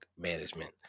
management